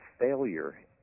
failure